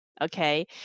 okay